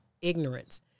ignorance